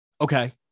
Okay